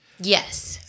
Yes